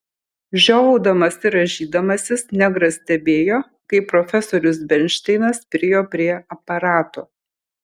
žiovaudamas ir rąžydamasis negras stebėjo kaip profesorius bernšteinas priėjo prie aparato